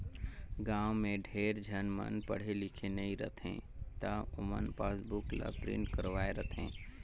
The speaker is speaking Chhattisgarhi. गाँव में ढेरे झन मन पढ़े लिखे नई रहें त ओमन पासबुक ल प्रिंट करवाये रथें